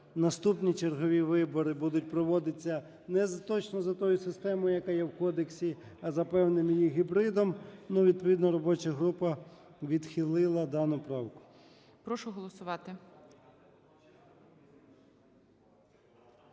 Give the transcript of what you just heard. наступні чергові вибори будуть проводитися не точно за тою системою, яка є в кодексі, а за певним її гібридом. І відповідно робоча група відхилила дану правку.